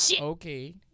Okay